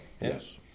yes